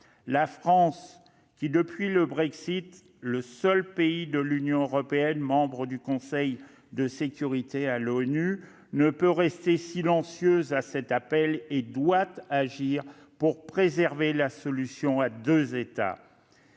La France, qui est depuis le Brexit le seul pays de l'Union européenne membre permanent du Conseil de sécurité de l'ONU, ne peut rester silencieuse à cet appel et doit agir pour préserver la solution à deux États,